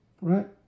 right